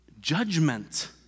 judgment